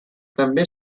també